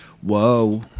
Whoa